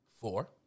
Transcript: Four